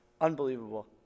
Unbelievable